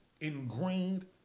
ingrained